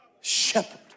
shepherd